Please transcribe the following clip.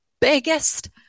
biggest